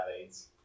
AIDS